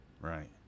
Right